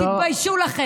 תתביישו לכם.